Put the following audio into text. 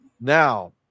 Now